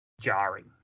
jarring